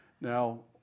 Now